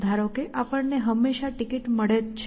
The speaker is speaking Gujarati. ધારો કે આપણને હંમેશા ટિકિટ મળે જ છે